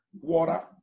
water